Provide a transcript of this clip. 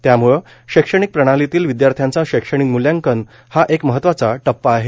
त्यामूळं शैक्षणिक प्रणालीत विद्यार्थ्यांचे शैक्षणिक मूल्यांकन हा एक महत्त्वाचा टप्पा आहे